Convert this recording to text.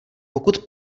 pokud